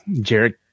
Jared